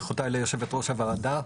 ברכותיי ליושבת-ראש הוועדה,